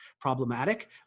problematic